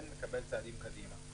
כן לקבל צעדים קדימה.